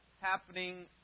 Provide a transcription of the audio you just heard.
happening